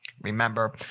Remember